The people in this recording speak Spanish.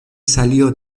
salió